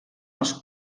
els